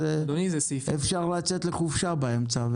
ימים, אפשר לצאת לחופשה באמצע.